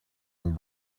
and